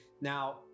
now